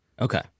Okay